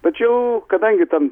tačiau kadangi ten